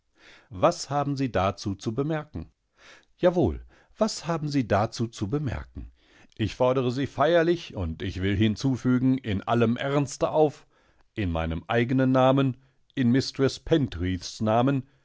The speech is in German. was haben sie dazu zu bemerken jawohl was haben sie dazu zu bemerken ich fordere sie feierlich und ich will hinzufügen in allem ernste auf in meinem eigenen namen in mistreß pentreaths namen